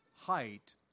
height